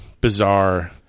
bizarre